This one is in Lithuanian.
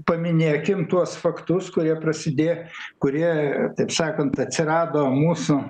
paminėkim tuos faktus kurie prasidėjo kurie taip sakant atsirado mūsų